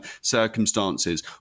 circumstances